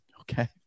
okay